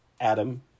Adam